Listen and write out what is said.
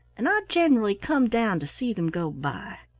and i generally come down to see them go by.